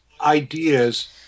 ideas